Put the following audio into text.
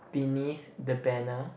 beneath the banner